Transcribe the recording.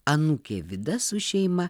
anūkė vida su šeima